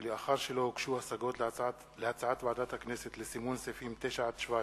כי לאחר שלא הוגשו השגות להצעת ועדת הכנסת לסימון סעיפים 9 17,